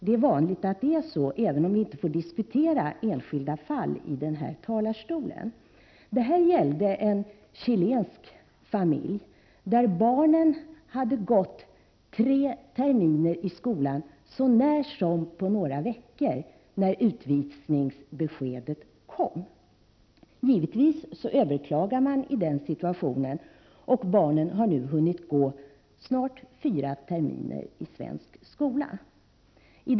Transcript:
Det är vanligt att det är så även om vi inte får diskutera enskilda fall i denna talarstol. Det här gällde en chilensk familj, där barnen hade gått tre terminer i skolan så när som på några veckor, när utvisningsbeskedet kom. Givetvis överklagar man i den situationen, och barnen har nu hunnit gå snart fyra terminer i svensk skola.